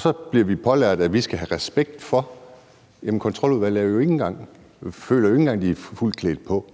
Så bliver vi belært om, at vi skal have respekt for det, men Kontroludvalget føler jo ikke engang, at de er fuldt klædt på.